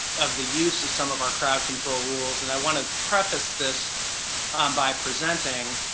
of the use of some of our crowd control rules, and i want to preface this um by presenting,